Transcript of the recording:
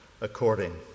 according